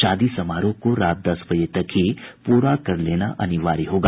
शादी समारोह को रात दस बजे तक ही पूरा कर लेना अनिवार्य होगा